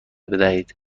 بدهید